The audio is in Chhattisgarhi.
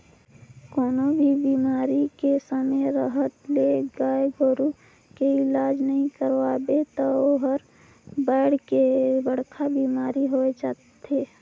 कोनों भी बेमारी के समे रहत ले गाय गोरु के इलाज नइ करवाबे त ओहर बायढ़ के बड़खा बेमारी होय जाथे